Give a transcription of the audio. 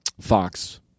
Fox